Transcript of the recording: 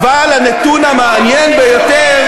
אבל הנתון המעניין ביותר,